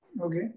okay